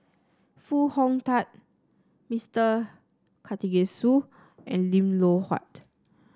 Foo Hong Tatt Mister Karthigesu and Lim Loh Huat